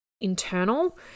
internal